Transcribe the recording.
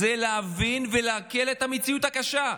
להבין ולעכל את המציאות הקשה.